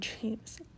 dreams